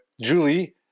Julie